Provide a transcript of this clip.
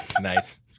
nice